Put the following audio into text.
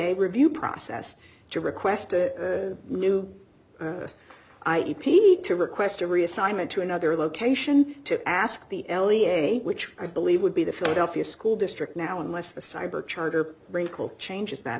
a review process to request a new i e p to request a reassignment to another location to ask the l e a which i believe would be the philadelphia school district now unless the cyber charter wrinkle changes that